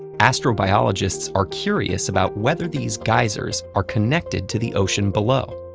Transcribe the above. astrobiologists are curious about whether these geysers are connected to the ocean below.